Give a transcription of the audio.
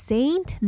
Saint